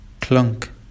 clunk